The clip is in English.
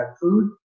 food